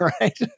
right